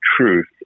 truth